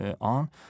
on